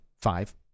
five